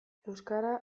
euskara